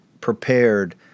prepared